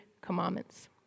commandments